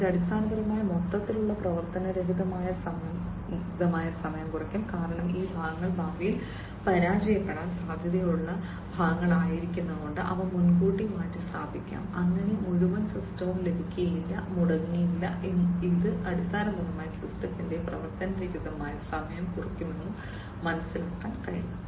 ഇത് അടിസ്ഥാനപരമായി മൊത്തത്തിലുള്ള പ്രവർത്തനരഹിതമായ സമയം കുറയ്ക്കും കാരണം ഈ ഭാഗങ്ങൾ ഭാവിയിൽ പരാജയപ്പെടാൻ സാധ്യതയുള്ള ഭാഗങ്ങൾ ആയിരിക്കാം അവ മുൻകൂട്ടി മാറ്റിസ്ഥാപിക്കാം അങ്ങനെ മുഴുവൻ സിസ്റ്റവും ലഭിക്കില്ല മുടങ്ങില്ല ഇത് അടിസ്ഥാനപരമായി സിസ്റ്റത്തിന്റെ പ്രവർത്തനരഹിതമായ സമയം കുറയ്ക്കുമെന്ന് മനസ്സിലാക്കാൻ കഴിയും